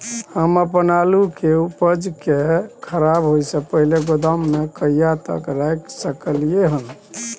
हम अपन आलू के उपज के खराब होय से पहिले गोदाम में कहिया तक रख सकलियै हन?